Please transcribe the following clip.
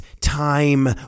time